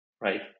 right